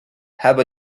have